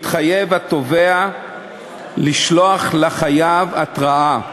מתחייב התובע לשלוח לחייב התראה,